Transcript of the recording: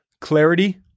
clarity